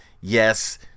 yes